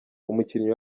umukinnyi